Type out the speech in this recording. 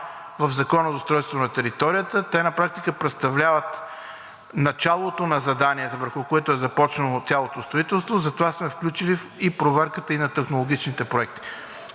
в Закона за устройство на територията, те на практика представляват началото на заданието, върху което е започнало цялото строителство, затова сме включили и проверката и на технологичните проекти.